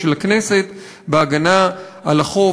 של הכנסת בהגנה על החוף,